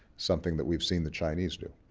something that we've seen the chinese do.